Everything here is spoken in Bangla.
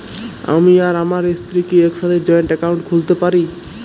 আমি আর আমার স্ত্রী কি একসাথে জয়েন্ট অ্যাকাউন্ট খুলতে পারি?